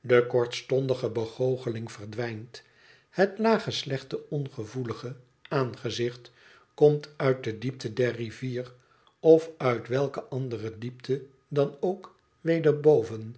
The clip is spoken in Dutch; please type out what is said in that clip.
de kortstondige begoocheling verdwijnt het lage slechte ongevoelige aangezicht komt uit de diepte der rivier of uit welke andere diepte dan ook weder boven